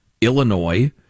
Illinois